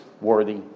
worthy